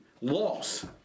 loss